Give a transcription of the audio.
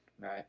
Right